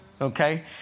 Okay